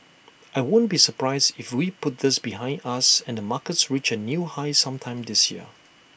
I won't be surprised if we put this behind us and the markets reach A new high sometime this year